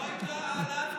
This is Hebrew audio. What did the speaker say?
לא הייתה העלאת מיסים,